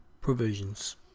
provisions